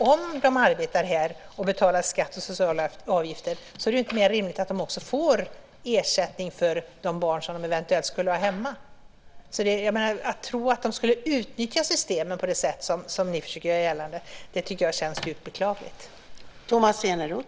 Om de arbetar, betalar skatt och sociala avgifter här är det inte mer än rimligt att de får ersättning för de barn som de eventuellt har i sina hemländer. Att tro att de skulle utnyttja systemen på det sätt som ni försöker göra gällande tycker jag känns djupt beklagligt.